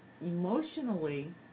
emotionally